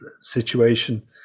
situation